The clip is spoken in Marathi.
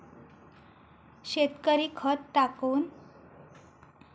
शेतकरी खत टाकान धान्याची उपज काढतत